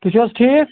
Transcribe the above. تُہۍ چھُ حظ ٹھیٖک